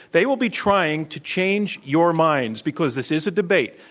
they will be trying to change your minds because this is a debate.